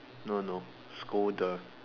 no no scolder